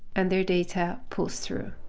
and their data pulls through.